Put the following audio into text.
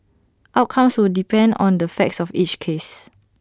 outcomes will depend on the facts of each case